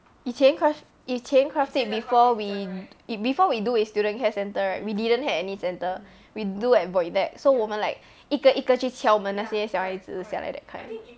以前 craft 以前 craft it before we be before we do with student care centre right we didn't had any centre we do at void deck so 我们 like 一个一个去敲门那些小孩子下来 that kind